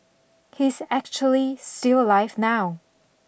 he's actually still alive now